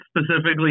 specifically